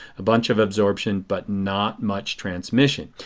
a bunch of absorption, but not much transmission.